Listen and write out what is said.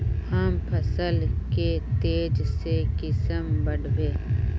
हम फसल के तेज से कुंसम बढ़बे?